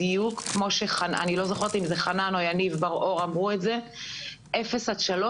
בדיוק כמו שנאמר - אני לא זוכרת אם זה חנן או יניב אפס עד שלוש,